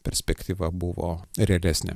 perspektyva buvo realesnė